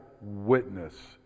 witness